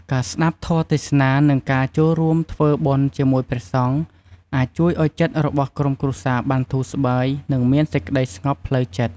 ការស្តាប់ធម៌ទេសនា និងការចូលរួមធ្វើបុណ្យជាមួយព្រះសង្ឃ អាចជួយឱ្យចិត្តរបស់ក្រុមគ្រួសារបានធូរស្បើយ និងមានសេចក្តីស្ងប់ផ្លូវចិត្ត។